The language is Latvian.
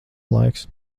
laiks